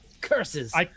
Curses